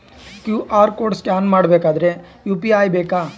QR code scan ಮಾಡಬೇಕಾದರೆ UPI ಬೇಕಾ?